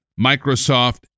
Microsoft